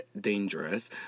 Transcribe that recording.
dangerous